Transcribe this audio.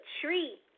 tree